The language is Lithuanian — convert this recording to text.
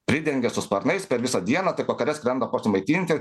pridengia su sparnais per visą dieną taip vakare skrenda prasimaitinti